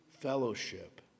fellowship